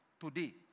today